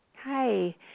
Hi